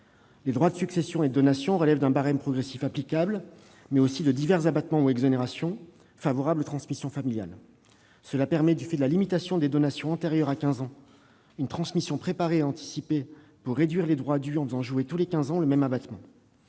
Les droits de succession et de donations relèvent d'un barème progressif, mais aussi des divers abattements ou exonérations favorables aux transmissions familiales. Du fait de la limitation des donations antérieures à quinze ans, ces dispositions permettent une transmission préparée et anticipée pour réduire les droits dus en faisant jouer, tous les quinze ans, le même abattement.